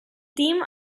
team